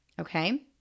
Okay